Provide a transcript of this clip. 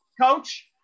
Coach